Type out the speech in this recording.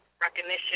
recognition